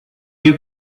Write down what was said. you